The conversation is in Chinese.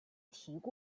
提供